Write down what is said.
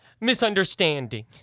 misunderstanding